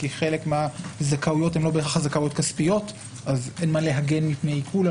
כחלק מהזכאויות הכספיות אז אין מה להגן מפני עיקול,